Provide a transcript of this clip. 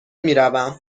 میروم